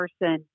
person